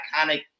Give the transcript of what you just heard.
iconic